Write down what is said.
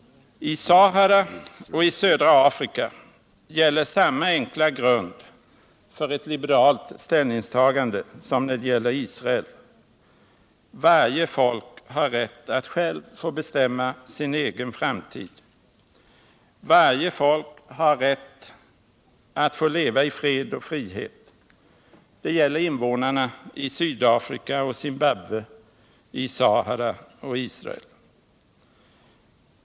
I Sahara och i södra Afrika gäller samma enkla grund för ett liberalt ställningstagande som när det gäller Israel: Varje folk har rätt att självt få bestämma sin egen framtid. Varje folk har rätt att leva i fred och frihet. Det gäller invånarna i Sydafrika och Zimbabwe, i Sahara och Israel.